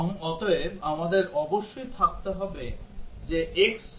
এবং অতএব আমাদের অবশ্যই থাকতে হবে x